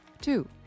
Two